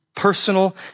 personal